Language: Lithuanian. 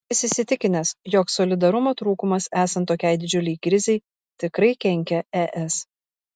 jis įsitikinęs jog solidarumo trūkumas esant tokiai didžiulei krizei tikrai kenkia es